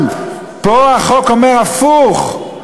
אבל פה החוק אומר הפוך,